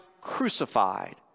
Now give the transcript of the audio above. crucified